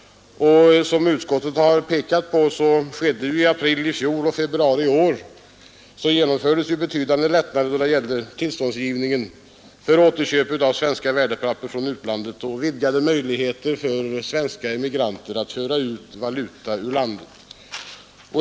Som utskottet har påpekat genomfördes i april i fjol och i februari i år betydande lättnader i fråga om tillståndsgivningen för återköp av svenska värdepapper från utlandet och vidgade möjligheter för svenska emigranter att föra ut valuta ur landet.